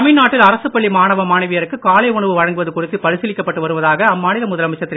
தமிழ்நாட்டில் அரசுப்பள்ளி மாணவ மாணவியருக்கு காலை உணவு குறித்து பரிசீலிக்கப்பட்டு வருவதாக அம்மாநில வழங்குவது முதலமைச்சர் திரு